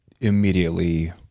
immediately